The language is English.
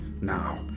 Now